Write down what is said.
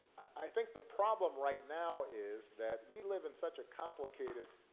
i think the problem right now is that we live in such a complicated,